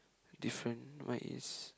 different mine is